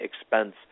expense